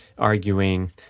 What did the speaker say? arguing